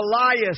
Goliath